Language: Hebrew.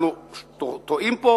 אנחנו טועים פה,